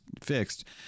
fixed